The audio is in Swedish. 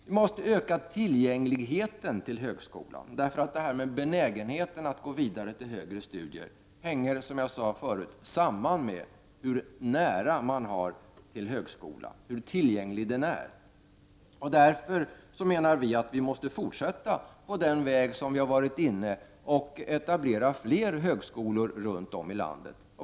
Vi måste öka tillgängligheten till högskolan. Benägenheten att gå vidare till högre studier hänger, som jag sade förut, samman med hur nära man har till högskola, hur tillgänglig den är. Vi menar därför att vi måste fortsätta den väg vi har varit inne på, och etablera fler högskolor runt om i landet.